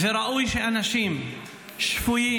וראוי שאנשים שפויים,